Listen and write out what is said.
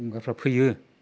गंगारफ्रा फैयो